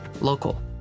local